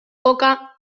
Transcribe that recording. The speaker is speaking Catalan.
coca